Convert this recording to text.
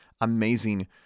amazing